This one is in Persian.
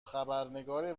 خبرنگار